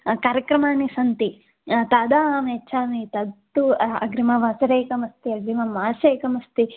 कार्यक्रमाणि सन्ति तदा अहं यच्छामि तत्तु अग्रिमवासरे एकमस्ति अग्रिममासे एकमस्ति